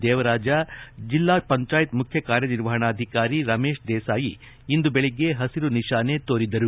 ದೇವರಾಜ ಜಿಲ್ಲಾ ಪಂಚಾಯತ್ ಮುಖ್ಯ ಕಾರ್ಯನಿರ್ವಾಹಣಾಧಿಕಾರಿ ರಮೇಶ ದೇಸಾಯಿ ಇಂದು ಬೆಳಗ್ಗೆ ಹಸಿರು ನಿಶಾನೆ ತೋರಿದರು